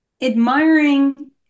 admiring